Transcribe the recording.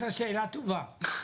יש לה שאלה טובה.